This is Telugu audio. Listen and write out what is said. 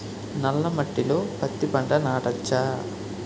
నల్ల మట్టిలో పత్తి పంట నాటచ్చా?